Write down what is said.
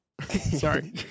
sorry